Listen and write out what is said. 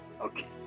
okay